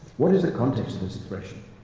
what is the content of this expression?